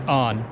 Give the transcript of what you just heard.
on